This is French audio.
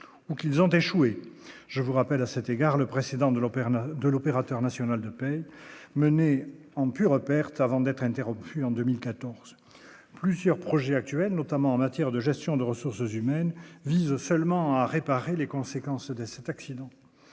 donc ils ont échoué, je vous rappelle à cet égard le précédent de l'opéra de l'opérateur national de paix menés en pure perte, avant d'être interrompu en 2014 plusieurs projets actuels, notamment en matière de gestion de ressources humaines vise seulement à réparer les conséquences de cet accident